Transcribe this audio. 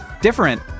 different